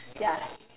ya